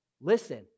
Listen